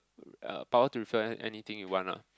uh power to refill anything you want lah